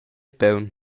paun